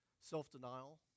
Self-denial